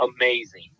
amazing